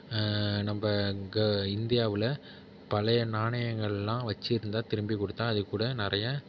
நம்ப க இந்தியாவில் பழைய நாணயங்கள்லாம் வெச்சிருந்தால் திரும்பி கொடுத்தா அதுக்கூட நிறைய